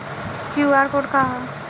QR code का ह?